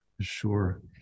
Sure